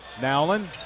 Nowlin